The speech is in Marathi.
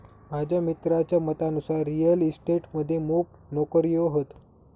माझ्या मित्राच्या मतानुसार रिअल इस्टेट मध्ये मोप नोकर्यो हत